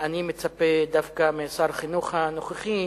אני מצפה דווקא משר החינוך הנוכחי